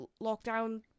lockdown